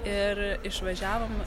ir išvažiavom